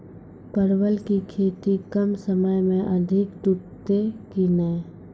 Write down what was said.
परवल की खेती कम समय मे अधिक टूटते की ने?